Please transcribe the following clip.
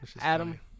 Adam